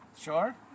Sure